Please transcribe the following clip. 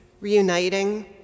reuniting